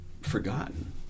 forgotten